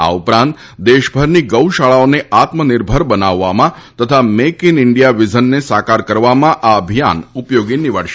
આ ઉપરાંત દેશભરની ગૌશાળાઓને આત્મનિર્ભર બનાવવામાં તથા મેઇક ઇન ઇન્ડિયા વિઝનને સાકાર કરવામાં આ અભિયાન ઉપયોગી નીવડશે